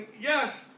yes